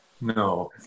No